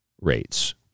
rates